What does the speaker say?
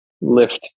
lift